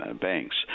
banks